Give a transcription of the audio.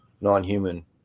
non-human